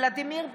ולדימיר בליאק,